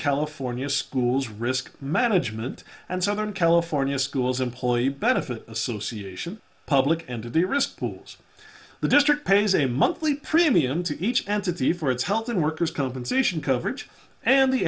california schools risk management and southern california schools employee benefit association public and to the risk pools the district pays a monthly premium to each entity for its health and workers compensation coverage and the